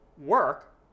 work